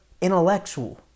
intellectual